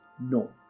No